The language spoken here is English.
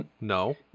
no